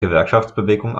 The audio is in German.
gewerkschaftsbewegung